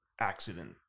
accident